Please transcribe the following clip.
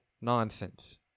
nonsense